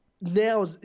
now